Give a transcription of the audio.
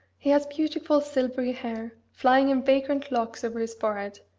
he has beautiful silvery hair, flying in vagrant locks over his forehead,